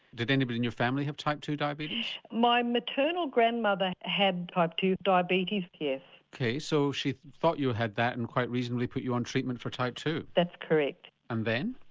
did anybody in your family have type two diabetes? my maternal grandmother had type two diabetes yes. ok so she thought you had that and quite reasonably put you on treatment for type two? that's correct. and then?